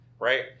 Right